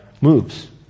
moves